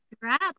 Grab